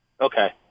Okay